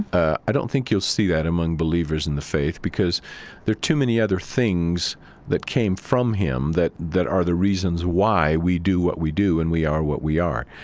i don't think you'll see that among believers in the faith, because there are too many other things that came from him that that are the reasons why we do what we do and we are what we are.